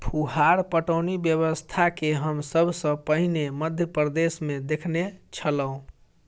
फुहार पटौनी व्यवस्था के हम सभ सॅ पहिने मध्य प्रदेशमे देखने छलौं